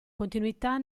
continuità